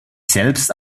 selbst